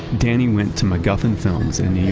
danny went to macguffin films in